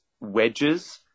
wedges